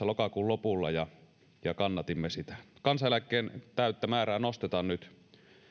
lokakuun lopulla ja ja kannatimme sitä kansaneläkkeen täyttä määrää nostetaan nyt